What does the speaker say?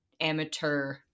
amateur